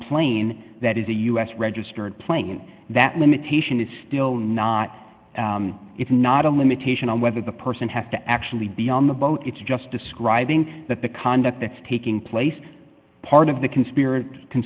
plane that is a u s registered plane that limitation is still not it's not a limitation on whether the person has to actually be on the boat it's just describing that the conduct that's taking place part of the conspiracy c